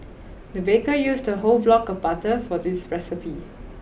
the baker used a whole block of butter for this recipe